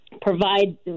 provide